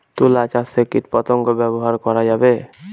তুলা চাষে কীটপতঙ্গ ব্যবহার করা যাবে?